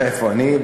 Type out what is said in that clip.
איפה אני?